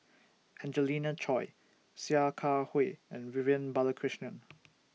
Angelina Choy Sia Kah Hui and Vivian Balakrishnan